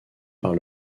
par